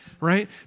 right